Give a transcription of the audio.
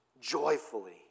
joyfully